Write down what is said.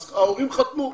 אז ההורים חתמו,